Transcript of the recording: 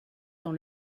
dans